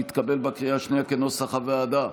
כנוסח הוועדה,